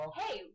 hey